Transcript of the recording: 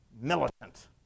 militant